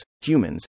humans